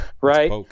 Right